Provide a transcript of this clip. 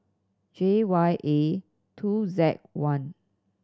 J Y A two Z one